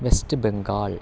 waste Bengal